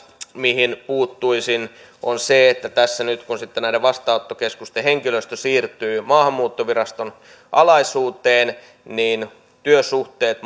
mihin puuttuisin on se että nyt kun sitten näiden vastaanottokeskusten henkilöstö siirtyy maahanmuuttoviraston alaisuuteen työsuhteet